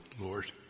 Lord